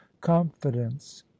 confidence